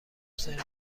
سرو